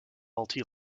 multi